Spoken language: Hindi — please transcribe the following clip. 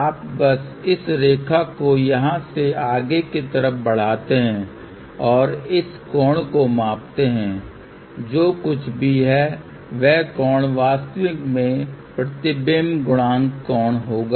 आप बस इस रेखा को यहाँ से आगे की तरफ बढाते हैं और इस कोण को मापते हैं जो कुछ भी है वह कोण वास्तव में प्रतिबिंब गुणांक कोण होगा